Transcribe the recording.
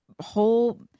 whole